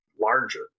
larger